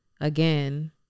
again